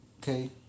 Okay